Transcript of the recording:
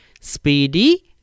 Speedy